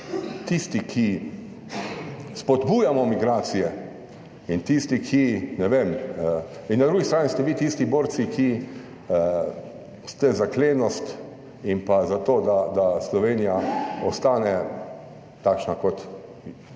tisti, ki spodbujamo migracije in tisti, ki, ne vem in na drugi strani ste vi tisti borci, ki ste za klenost(?) in pa za to, da Slovenija ostane takšna, kot